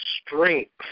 strength